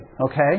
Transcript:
Okay